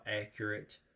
accurate